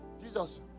Jesus